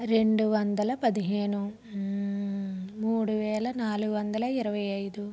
రెండు వందల పదిహేను మూడు వేల నాలుగు వందల ఇరవై ఐదు